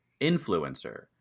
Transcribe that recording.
influencer